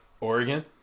Oregon